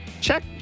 Check